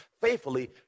faithfully